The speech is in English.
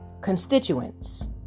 constituents